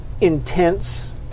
Intense